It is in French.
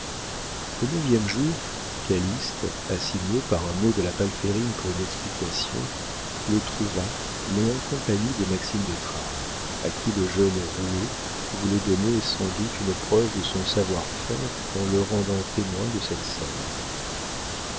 le neuvième jour calyste assigné par un mot de la palférine pour une explication le trouva mais en compagnie de maxime de trailles à qui le jeune roué voulait donner sans doute une preuve de son savoir-faire en le rendant témoin de cette scène